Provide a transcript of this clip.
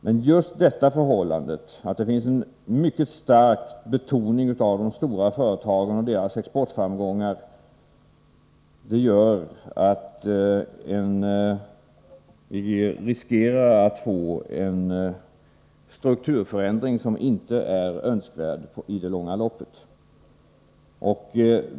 Men just detta förhållande, att det finns en mycket stark betoning av de stora företagen och deras exportframgångar, gör att vi riskerar att få en strukturförändring som inte är önskvärd i det långa loppet.